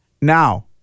Now